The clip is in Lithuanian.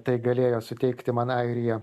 tai galėjo suteikti man airija